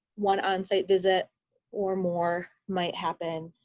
one on-site visit or more might happen.